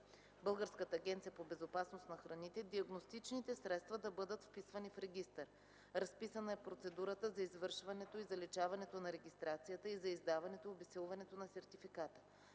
Българската агенция по безопасност на храните, диагностичните средства да бъдат вписвани в регистър. Разписана е процедурата за извършването и заличаването на регистрацията и за издаването и обезсилването на сертификата.